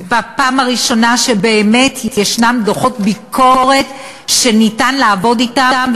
בפעם הראשונה שבאמת יש דוחות ביקורת שניתן לעבוד אתם,